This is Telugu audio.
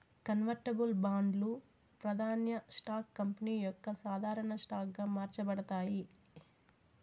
కన్వర్టబుల్ బాండ్లు, ప్రాదాన్య స్టాక్స్ కంపెనీ యొక్క సాధారన స్టాక్ గా మార్చబడతాయి